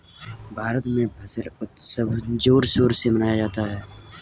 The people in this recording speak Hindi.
भारत में फसल उत्सव जोर शोर से मनाया जाता है